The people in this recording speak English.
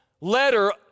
letter